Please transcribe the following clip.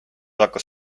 hakkas